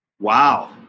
Wow